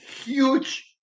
huge